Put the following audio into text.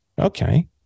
okay